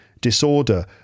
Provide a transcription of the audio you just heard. disorder